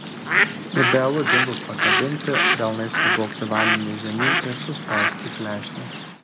idealu džinsus pakabinti delnais nubraukti vandenį žemyn ir suspausti klešnę